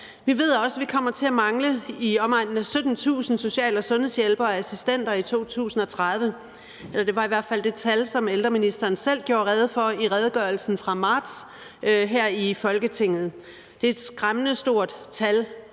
Vi ved også, at vi kommer til at mangle i omegnen af 17.000 social- og sundhedshjælpere og -assistenter i 2030. Det var i hvert fald det tal, som ældreministeren selv gjorde rede for i redegørelsen fra marts her i Folketinget. Det er et skræmmende stort tal,